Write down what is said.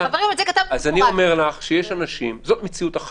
עכשיו מנסים לעשות את זה